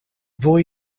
boy